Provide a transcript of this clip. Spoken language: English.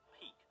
peak